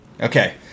Okay